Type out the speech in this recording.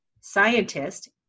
scientist